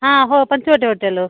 ಹಾಂ ಹೋ ಪಂಚವಟಿ ಓಟೆಲ್ಲು